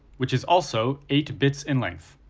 which is also eight bits in length.